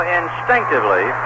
instinctively